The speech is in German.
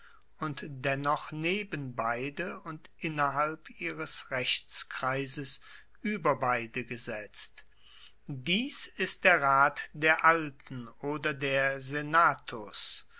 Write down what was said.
und dennoch neben beide und innerhalb ihres rechtskreises ueber beide gesetzt dies ist der rat der alten oder der